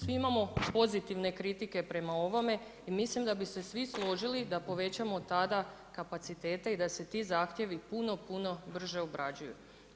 Svi imamo pozitivne kritike prema ovome i mislim da bi se svi složili da povećamo tada kapacitete i da se ti zahtjevi puno brže obrađuju.